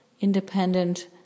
independent